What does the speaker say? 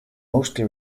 mostly